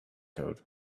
code